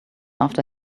after